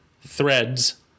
Threads